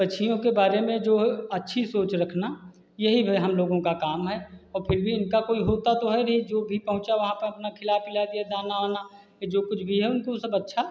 पक्षियों के बारे में जो है अच्छी सोच रखना यही जो है हम लोगों का काम है और फिर भी उनका कोई होता तो है नहीं जो भी पहुंचा वहाँ पर अपना खिला पिला के दाना वाना यह जो कुछ भी है उनको यह सब अच्छा